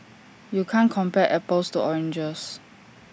you can't compare apples to oranges